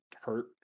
hurt